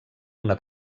una